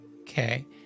okay